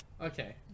Okay